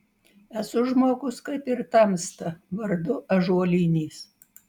esu žmogus kaip ir tamsta vardu ąžuolinis